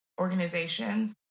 organization